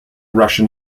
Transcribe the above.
russian